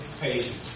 patient